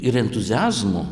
ir entuziazmu